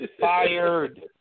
Fired